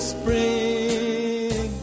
spring